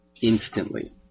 instantly